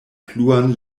pluan